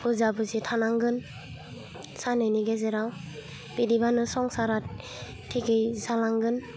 बुजा बुजि थानांगोन सानैनि गेजेराव बिदिबानो संसारा थिगै जालांगोन